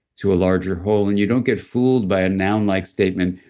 to a larger whole. and you don't get fooled by a noun-like statement,